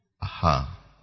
Aha